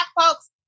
folks